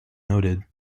noted